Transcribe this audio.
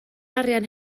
arian